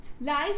Life